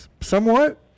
somewhat